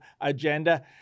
agenda